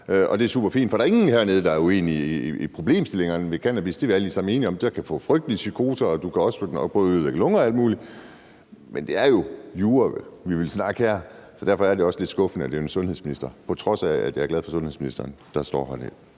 om. Det er superfint. For der er ingen her, der er uenige i problemstillingerne ved cannabis; dem er vi alle sammen enige om. Man kan få frygtelige psykoser, og man kan også få ødelagt lunger og alt muligt. Men det er jo jura, vi vil snakke her. Så derfor er det også lidt skuffende, at det er en sundhedsminister, på trods af at jeg er glad for sundhedsministeren, der står her